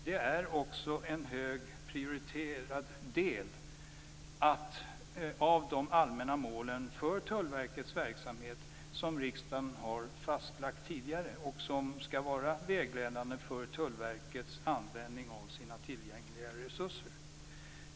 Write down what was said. Detta är också en högt prioriterad del av de allmänna mål för Tullverkets verksamhet som har fastlagts tidigare av riksdagen och som skall vara vägledande för Tullverkets användning av tillgängliga resurser.